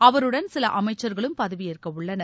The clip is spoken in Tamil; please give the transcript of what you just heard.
அவருடன் சில அமைச்சர்களும் பதவி ஏற்க உள்ளனர்